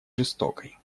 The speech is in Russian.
жестокой